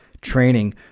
training